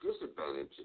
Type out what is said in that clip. disadvantage